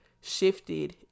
shifted